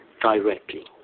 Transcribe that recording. directly